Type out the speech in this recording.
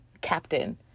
captain